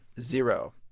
zero